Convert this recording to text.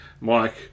Mike